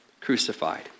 crucified